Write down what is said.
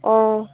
অঁ